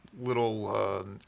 little